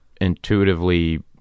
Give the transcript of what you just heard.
intuitively